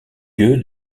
lieu